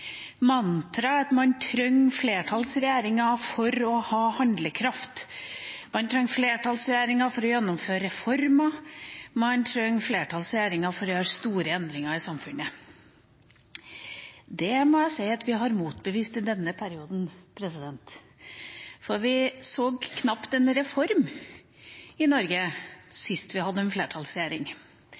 mantra at man trenger flertallsregjeringer for å ha handlekraft, man trenger flertallsregjeringer for å gjennomføre reformer, og man trenger flertallsregjeringer for å gjøre store endringer i samfunnet. Det må jeg si at vi har motbevist i denne perioden. For vi så knapt en reform i Norge sist vi hadde en flertallsregjering.